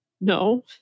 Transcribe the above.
no